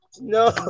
No